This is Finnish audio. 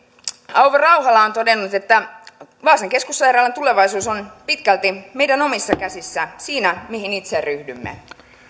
auvo rauhala on todennut että vaasan keskussairaalan tulevaisuus on pitkälti meidän omissa käsissämme siinä mihin itse ryhdymme